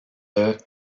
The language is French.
euh